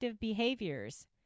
behaviors